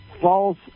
false